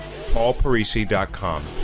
paulparisi.com